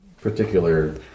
particular